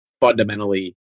fundamentally